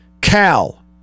Cal